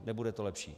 Nebude to lepší.